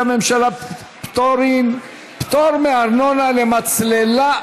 הממשלה (פטורין) (פטור מארנונה למצללה),